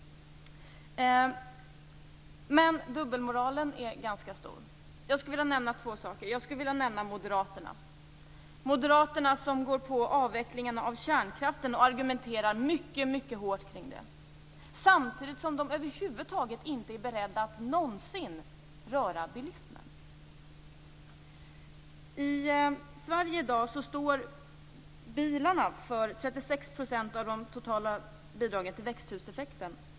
Men dubbelmoralen är ganska stor. Jag skulle vilja nämna två saker. Jag skulle vilja nämna moderaterna. Moderaterna går på avvecklingen av kärnkraften och argumenterar mycket hårt kring den, samtidigt som de över huvud taget inte är beredda att någonsin röra bilismen. I Sverige i dag står bilarna för 36 % av det totala bidraget till växthuseffekten.